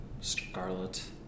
Scarlet